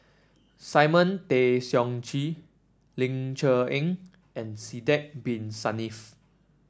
Simon Tay Seong Chee Ling Cher Eng and Sidek Bin Saniff